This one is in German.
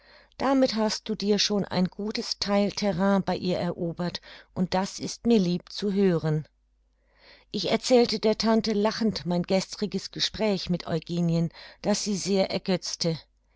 damit hast du dir schon ein gutes theil terrain bei ihr erobert und das ist mir lieb zu hören ich erzählte der tante lachend mein gestriges gespräch mit eugenien das sie sehr ergötzte